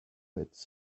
its